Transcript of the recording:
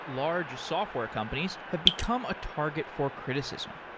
largest software companies have become a target for criticism.